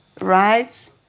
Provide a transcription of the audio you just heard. Right